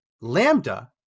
Lambda